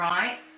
Right